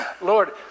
Lord